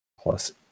plus